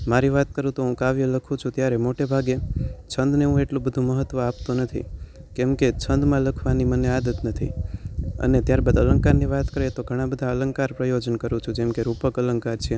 મારી વાત કરું તો હું કાવ્ય લખું છું ત્યારે મોટે ભાગે છંદને હું એટલું બધુ મહત્ત્વ આપતો નથી કેમકે છંદમાં લખવાની મને આદત નથી અને ત્યાર બાદ અલંકારની વાત કરીએ તો ઘણા બધા અલંકાર પ્રયોજન કરું છું જેમકે રૂપક અલંકાર છે